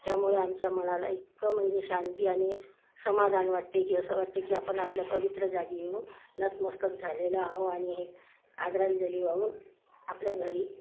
त्यामुळे आमच्या मनाला इतकं म्हणजे शांती आणि समाधान वाटते की असं वाटते की आपण आपल्या पवित्र जागी येऊन नतमस्तक झालेलो आहो आणि हे आदरांजली वाहून आपल्या घरी